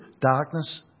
Darkness